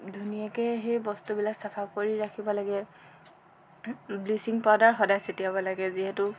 ধুনীয়াকৈ সেই বস্তুবিলাক চফা কৰি ৰাখিব লাগে ব্লিচিং পাউদাৰ সদাই ছটিয়াব লাগে যিহেতু